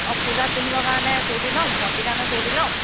অঁ পূজাত পিন্ধিবৰ কাৰণে কুৰ্টি ল'ম ভন্টিৰ কাৰণেও কুৰ্টি ল'ম